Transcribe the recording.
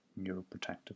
neuroprotective